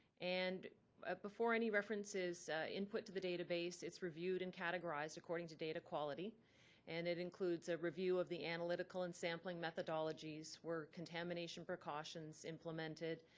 and before any reference is input to the database, it's reviewed and categorized according to data quality and it includes a review of the analytical and sampling methodologies were contamination precautions implemented,